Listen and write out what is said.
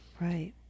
Right